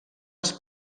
als